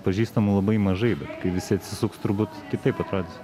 pažįstamų labai mažai bet kai visi atsisuks turbūt kitaip atrodys